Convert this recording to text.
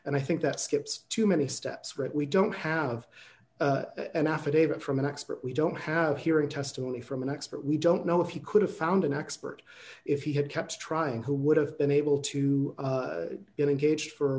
and i think that skips too many steps right we don't have an affidavit from an expert we don't have hearing testimony from an expert we don't know if he could have found an expert if he had kept trying who would have been able to engage for a